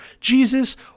Jesus